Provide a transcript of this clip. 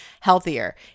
healthier